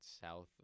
south